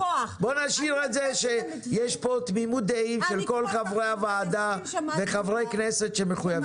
נשאיר את זה שיש פה תמימות דעים של כל חברי הוועדה וחברי כנסת שמחויבים.